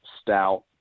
stout